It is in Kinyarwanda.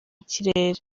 kirere